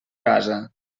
casa